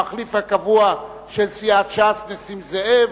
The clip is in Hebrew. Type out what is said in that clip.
המחליף הקבוע של סיעת ש"ס, נסים זאב,